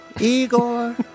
Igor